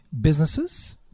businesses